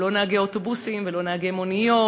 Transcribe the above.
לא נהגי אוטובוסים ולא נהגי מוניות.